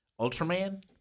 Ultraman